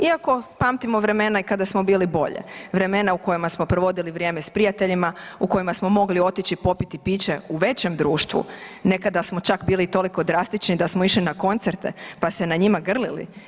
Iako pamtimo vremena kada smo bili bolje, vremena u kojima smo provodili vrijeme s prijateljima, u kojima smo mogli otići popiti piće u većem društvu, nekada smo čak bili toliko drastični da smo išli na koncerte pa se na njima grlili.